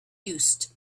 used